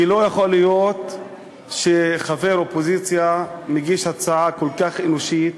כי לא יכול להיות שחבר אופוזיציה מגיש הצעה כל כך אנושית,